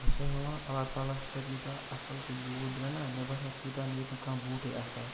بہٕ چھُ سٔے ہاوان اللہ تعالٰی ہَس پَتھ یوٗتہ اصٕل سُہ بوٗٹھ درٛاو نا مےٚ باسان تیٛوٗتہ نیرِ نہٕ کانٛہہ بوٗٹھٕے اصٕل